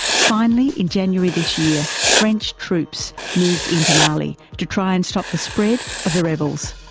finally in january this year, french troops moved into mali to try and stop the spread of the rebels.